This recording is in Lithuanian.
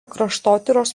kraštotyros